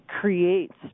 creates